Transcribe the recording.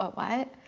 what why?